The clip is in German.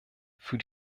für